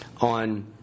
on